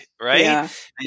right